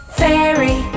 fairy